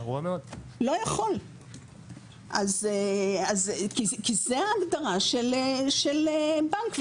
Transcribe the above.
כי זו ההגדרה של בנק.